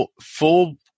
full